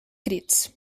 crits